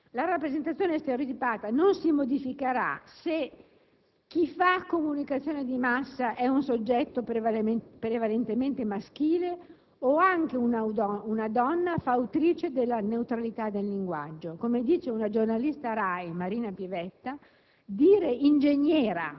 in modo netto? La rappresentazione stereotipata non si modificherà se chi fa comunicazione di massa è un soggetto prevalentemente maschile o anche una donna fautrice della neutralità del linguaggio. Come afferma la giornalista RAI Marina Pivetta,